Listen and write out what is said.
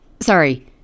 Sorry